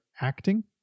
acting